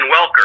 Welker